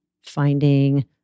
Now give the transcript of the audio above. finding